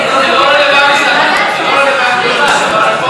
זה לגמרי נושא של הרפורמות.